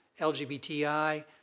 LGBTI